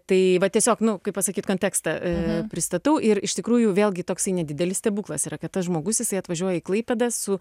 tai vat tiesiog nu kaip pasakyt kontekstą pristatau ir iš tikrųjų vėlgi toksai nedidelis stebuklas yra kad tas žmogus jisai atvažiuoja į klaipėdą su